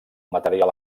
material